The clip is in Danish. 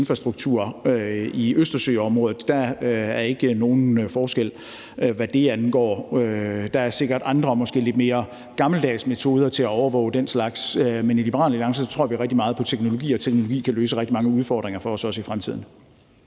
infrastruktur i Østersøområdet. Der er ikke nogen forskel, hvad det angår. Der er sikkert andre og måske lidt mere gammeldags metoder til at overvåge den slags, men i Liberal Alliance tror vi rigtig meget på teknologi og på, at teknologi kan løse rigtig mange udfordringer for os også i fremtiden.